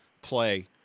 Play